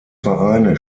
vereine